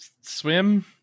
swim